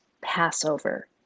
Passover